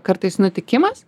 kartais nutikimas